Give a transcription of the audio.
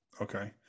Okay